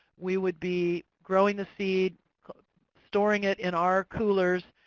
we would be growing the seed, storing it in our coolers,